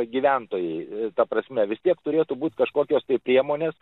gyventojai ta prasme vis tiek turėtų būt kažkokios tai priemonės